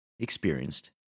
experienced